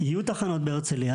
יהיו תחנות בהרצליה,